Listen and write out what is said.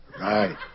Right